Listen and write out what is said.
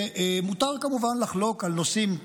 ומותר כמובן לחלוק על נושאים כלכליים,